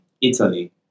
Italy